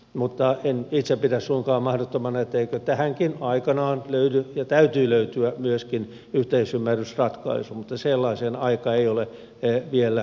mutta en itse pidä suinkaan mahdottomana etteikö tähänkin aikanaan löydy ja täytyy löytyä myöskin yhteisymmärrysratkaisu mutta sellaisen aika ei ole vielä kypsä